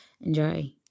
Enjoy